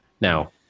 Now